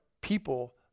people